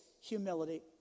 humility